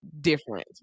different